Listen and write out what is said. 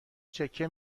چکه